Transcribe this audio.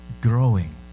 growing